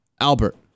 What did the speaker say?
Albert